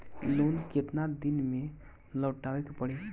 Loan केतना दिन में लौटावे के पड़ी?